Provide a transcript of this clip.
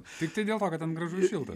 tiktai dėl to kad ten gražu ir šilta